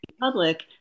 public